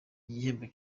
igihembo